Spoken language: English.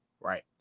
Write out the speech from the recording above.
right